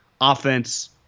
offense